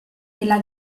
della